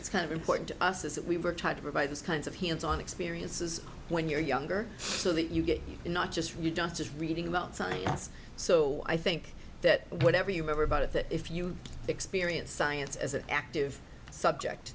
it's kind of important to us as if we were to provide those kinds of hands on experiences when you're younger so that you get not just you just just reading about science so i think that whatever you remember about it that if you experience science as an active subject